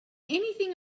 anything